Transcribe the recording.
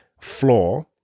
floor